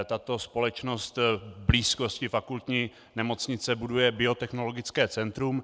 Tato společnost v blízkosti fakultní nemocnice buduje biotechnologické centrum.